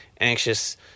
anxious